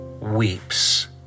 weeps